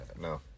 No